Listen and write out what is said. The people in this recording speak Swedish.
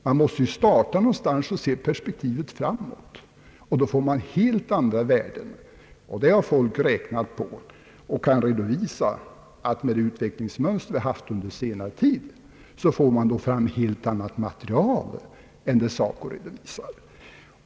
Man måste ju starta någonstans och se perspektivet framåt. Då får man helt andra värden — det har folk räknat på och kan redovisa, att med det utvecklingsmönster vi haft under senare tid, får man fram ett helt annat material än det som SACO redovisar.